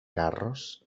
carros